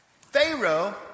Pharaoh